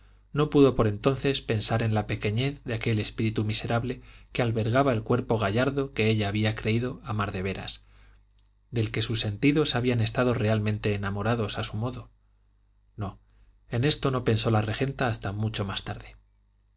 no pudo por entonces pensar en la pequeñez de aquel espíritu miserable que albergaba el cuerpo gallardo que ella había creído amar de veras del que sus sentidos habían estado realmente enamorados a su modo no en esto no pensó la regenta hasta mucho más tarde